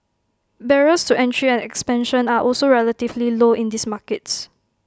barriers to entry and expansion are also relatively low in these markets